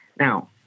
Now